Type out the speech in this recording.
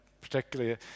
particularly